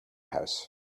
house